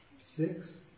Six